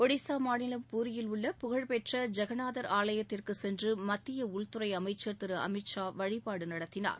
ஒடிசா மாநிலம் பூரியில் உள்ள புகழ்பெற்ற ஜெகநாதர் ஆலயத்திற்கு சென்று மத்திய உள்துறை அமைச்சர் திரு அமித்ஷா அங்கு வழிபாடு நடத்தினார்